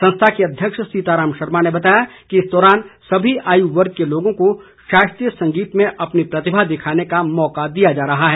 संस्था के अध्यक्ष सीताराम शर्मा ने बताया कि इस दौरान सभी आयु वर्ग के लोगों को शास्त्रीय संगीत में अपनी प्रतिभा दिखाने का मौका दिया जा रहा है